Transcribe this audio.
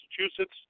Massachusetts